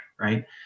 right